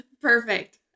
Perfect